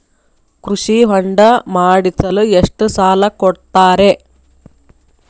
ಕೃಷಿ ಹೊಂಡ ಮಾಡಿಸಲು ಎಷ್ಟು ಸಾಲ ಕೊಡ್ತಾರೆ?